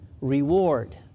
reward